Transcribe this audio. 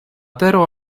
tero